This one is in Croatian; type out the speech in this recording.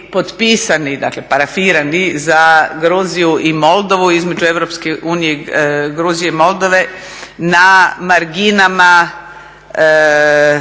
potpisani, dakle parafirani za Gruziju i Moldovu između EU i Gruzije i Moldove na marginama